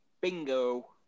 Bingo